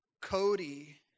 Cody